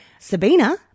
Sabina